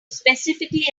specifically